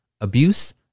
abuse